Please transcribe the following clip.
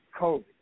COVID